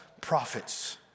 prophets